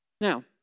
Now